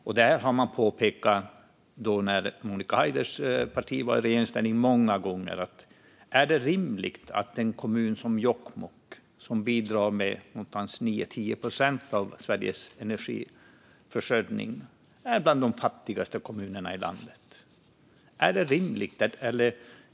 Detta påpekades många gånger när Monica Haiders parti var i regeringsställning: Är det rimligt att en kommun som Jokkmokk som bidrar med någonstans kring 9-10 procent av Sveriges energiförsörjning är bland de fattigaste kommunerna i landet?